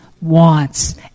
wants